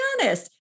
honest